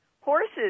Horses